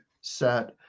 set